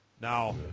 Now